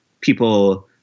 people